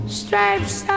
stripes